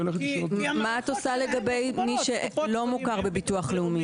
מה את עושה לגבי מי שלא מוכר בביטוח לאומי?